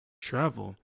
travel